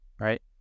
right